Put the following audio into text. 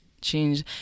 Change